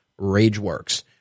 RageWorks